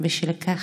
בשל כך.